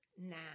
now